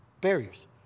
barriers